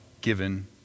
given